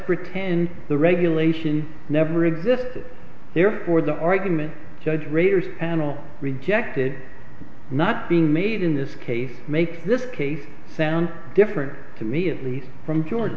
pretend the regulation never existed therefore the argument judge raiders panel rejected not being made in this case makes this case sound different to me at least from georgia